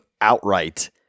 outright